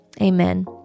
Amen